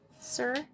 sir